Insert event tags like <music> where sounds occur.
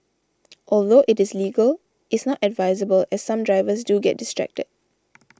<noise> although it is legal is not advisable as some drivers do get distracted